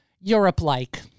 Europe-like